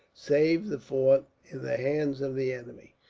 save the fort, in the hands of the enemy.